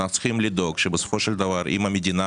אנחנו צריכים לדאוג שבסופו של דבר אם המדינה